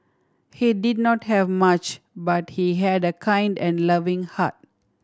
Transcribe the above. he did not have much but he had a kind and loving heart